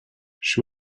she